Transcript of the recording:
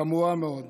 חמורה מאוד.